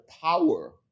power